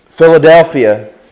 Philadelphia